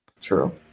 True